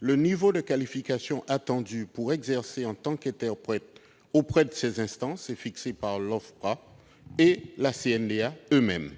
le niveau de qualification attendu pour exercer en tant qu'interprète auprès de ces instances est fixé par l'OFPRA et la CNDA eux-mêmes.